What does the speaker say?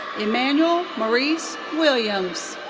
emmanuel maurice williams.